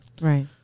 Right